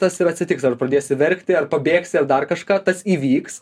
tas ir atsitiks ar pradėsi verkti ar pabėgsi ar dar kažką tas įvyks